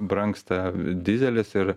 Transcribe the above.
brangsta dyzelis ir